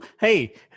hey